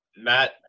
Matt